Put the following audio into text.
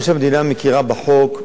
מה שהמדינה מכירה בחוק,